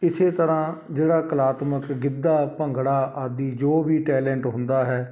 ਇਸੇ ਤਰ੍ਹਾਂ ਜਿਹੜਾ ਕਲਾਤਮਕ ਗਿੱਧਾ ਭੰਗੜਾ ਆਦਿ ਜੋ ਵੀ ਟੈਲੈਂਟ ਹੁੰਦਾ ਹੈ